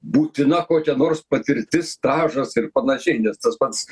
būtina kokia nors patirtis stažas ir panašiai nes tas pats